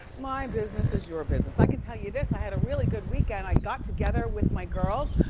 my business is your business. i can tell you this. i had a really good weekend. i got together with my girls.